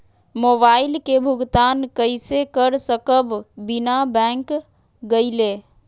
Mobile के भुगतान कईसे कर सकब बिना बैंक गईले?